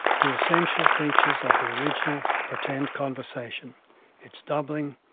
the essential features of the original, pretend conversation its doubling,